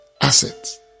assets